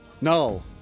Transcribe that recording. No